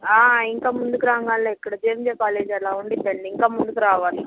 ఇంకా ముందుకు రాంగానే ఇక్కడ జేఎమ్జే కాలేజ్ అలా ఉంటుంది అండి ఇంకా ముందుకు రావాలి